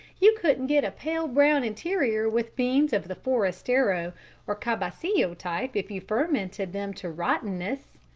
you couldn't get a pale brown interior with beans of the forastero or calabacillo type if you fermented them to rottenness.